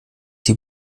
die